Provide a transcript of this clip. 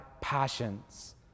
passions